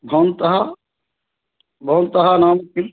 भवन्तः भवन्तः नाम किं